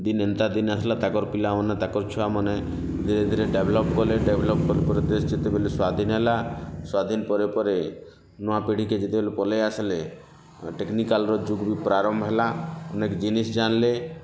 ଦିନେ ଏନ୍ତା ଦିନେ ଆସିଲା ତାଙ୍କର ପିଲାମାନେ ତାଙ୍କ ଛୁଆମାନେ ଧିରେ ଧିରେ ଡେଭ୍ଲପ୍ କଲେ ଡେଭ୍ଲପ୍ କରୁ କରୁ ଦେଶ୍ ଯେତେବେଳେ ସ୍ୱାଧୀନ୍ ହେଲା ସ୍ୱାଧୀନ୍ ପରେ ପରେ ନୂଆ ପିଢ଼ି କି ପଳେଇ ଆସିଲେ ଟେକ୍ନିକାଲ ଯୁଗୁରୁ ପ୍ରାରମ୍ଭ ହେଲା ଅନେକ୍ ଜିନିଷ୍ ଜାଣିଲେ